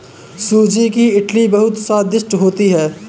सूजी की इडली बहुत स्वादिष्ट होती है